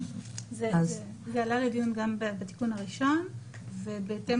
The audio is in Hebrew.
זה עלה לדיון גם בתיקון הראשון ובהתאם